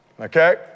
okay